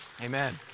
Amen